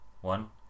One